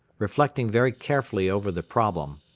reflecting very carefully over the problem,